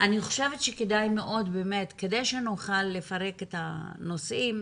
אני חושבת שכדי שנוכל לפרק את הנושאים,